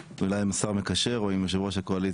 אולי עם השר המקשר או עם יושב ראש הקואליציה,